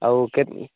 ଆଉ କେତ